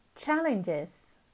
Challenges